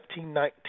1919